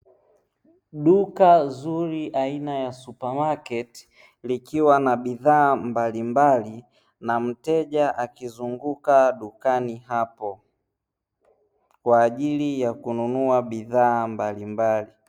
Duka zuri aina ya supemarketi likiwa na bidhaa mbalimbali na mteja akizunguka dukani hapo kwa ajili ya kununua bidhaa mbalimbali.